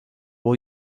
will